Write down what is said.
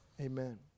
Amen